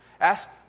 Ask